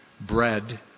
bread